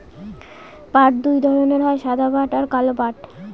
পাট দুই ধরনের হয় সাদা পাট আর কালো পাট